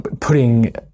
putting